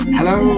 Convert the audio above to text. Hello